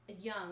Young